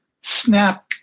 snap